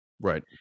right